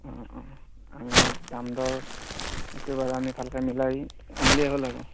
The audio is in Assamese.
অ অ দাম দৰ সেইটো বাৰু আমি ভালকৈ মিলাই আনিলেই হ'ল আৰু